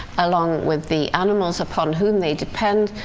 along with the animals upon whom they depend.